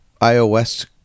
iOS